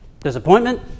Disappointment